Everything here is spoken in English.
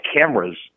cameras